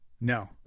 no